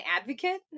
advocate